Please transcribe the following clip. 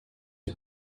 him